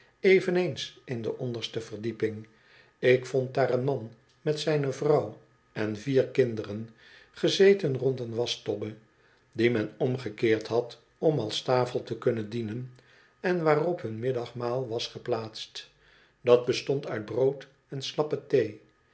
eveneens in de onderste verdieping ik vond daar een man met zijne vrouw en vier kinderen gezeten rond een waschtobbe die men omgekeerd had om als tafel te kunnen dienen en waarop hun middagmaal was geplaatst dat bestond uit brood en slappe thee